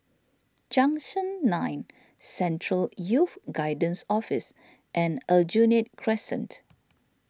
Junction nine Central Youth Guidance Office and Aljunied Crescent